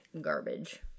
garbage